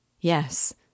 Yes